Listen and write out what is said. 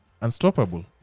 unstoppable